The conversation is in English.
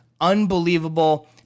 unbelievable